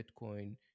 bitcoin